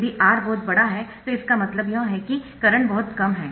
यदि R बहुत बड़ा है तोइसका मतलब यह है कि करंट बहुत कम है